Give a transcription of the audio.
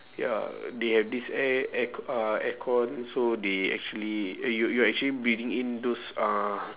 ya they have this air air c~ uh aircon so they actually you're you're actually breathing in those uh